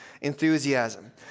Enthusiasm